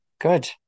Good